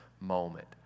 moment